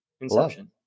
Inception